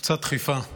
קצת דחיפה.